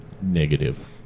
Negative